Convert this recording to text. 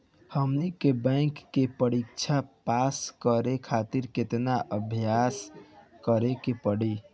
हमनी के बैंक के परीक्षा पास करे खातिर केतना अभ्यास करे के पड़ी?